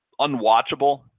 unwatchable